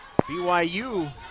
BYU